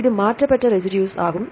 இது மாற்றப்பட்ட ரெசிடுஸ் ஆகும்